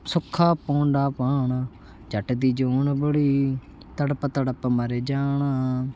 ਸੁੱਕਾ ਪੌਂਡਾ ਵਾਹੁਣਾ ਜੱਟ ਦੀ ਜੂਨ ਬੁਰੀ ਤੜਫ ਤੜਫ ਮਰ ਜਾਣਾ